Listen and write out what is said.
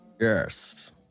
Yes